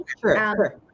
sure